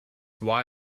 why